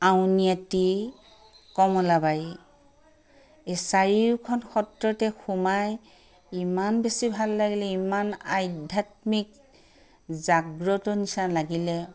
আউনীআটী কমলাবাৰী এই চাৰিওখন সত্ৰতে সোমাই ইমান বেছি ভাল লাগিলে ইমান আধ্যাত্মিক জাগ্ৰত নিচিনা লাগিলে